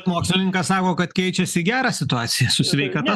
mokslininkas sako kad keičiasi į gera situacija su sveikata